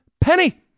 penny